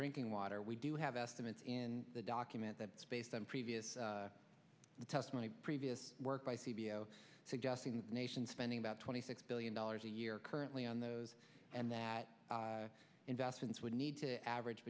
drinking water we do have estimates in the document that's based on previous testimony previous work by c b s suggesting that nations spending about twenty six billion dollars a year currently on those and that investments would need to average